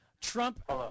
Trump